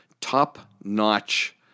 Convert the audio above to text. top-notch